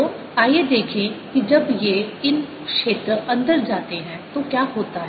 तो आइए देखें कि जब ये इन क्षेत्र अंदर आते हैं तो क्या होता है